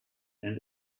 and